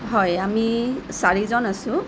হয় আমি চাৰিজন আছোঁ